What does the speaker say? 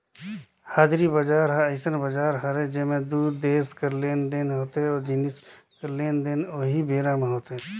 हाजिरी बजार ह अइसन बजार हरय जेंमा दू देस कर लेन देन होथे ओ जिनिस कर लेन देन उहीं बेरा म होथे